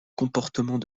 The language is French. comportement